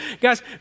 Guys